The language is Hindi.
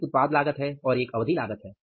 एक उत्पाद लागत है और एक अवधि लागत है